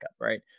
right